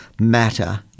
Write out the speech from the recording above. matter